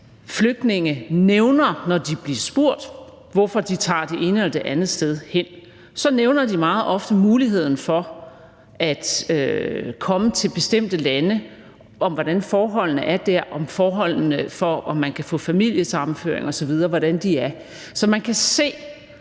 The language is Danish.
flygtninge, når de bliver spurgt, hvorfor de tager det ene eller det andet sted hen, meget ofte nævner muligheden for at komme til bestemte lande, med hensyn til hvordan forholdene er der, med hensyn til at få familiesammenføring osv. Så man kan se,